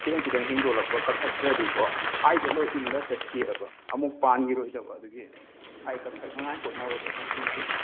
ꯈꯤꯇꯪ ꯈꯤꯇꯪ ꯍꯦꯟꯗꯣꯔꯛꯄꯒ ꯀꯛꯊꯠꯇ꯭ꯔꯗꯤꯀꯣ ꯑꯥꯏꯗ ꯂꯣꯏ ꯏꯜꯂ ꯆꯠꯈꯤꯑꯕ ꯑꯃꯨꯛ ꯄꯥꯟꯈꯤꯔꯣꯏꯗꯕ ꯑꯗꯨꯒꯤ ꯁꯨꯃꯥꯏꯅ ꯀꯛꯊꯠꯅꯤꯉꯥꯏ ꯍꯣꯠꯅꯕꯗ ꯅꯨꯡꯇꯤꯒꯤ